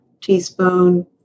teaspoon